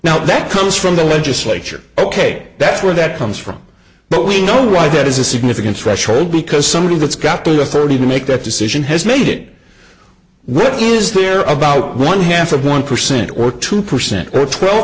now that comes from the legislature ok that's where that comes from but we know why that is a significant threshold because somebody that's got the authority to make that decision has made it what is there about one half of one percent or two percent or twelve